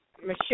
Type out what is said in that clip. Michelle